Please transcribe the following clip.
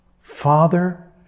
Father